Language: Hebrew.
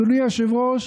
אדוני היושב-ראש,